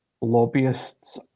lobbyists